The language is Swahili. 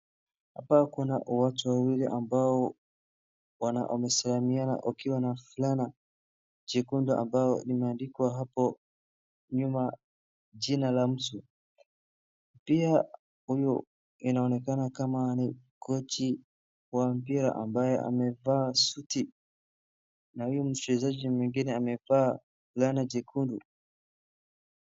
Hapa kuna watu wawili ambao wanasalimiana wakiwa na fulana jekundu ambao imeandikwa hapo nyuma jina la mtu. Pia huyu inaonekana kama ni kochi wa mpira ambaye amevaa suti na huyu mchezaji mwingine amevaa fulana jekundu.